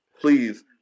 Please